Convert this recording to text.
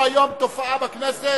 יש לנו היום תופעה בכנסת,